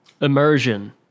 Immersion